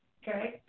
okay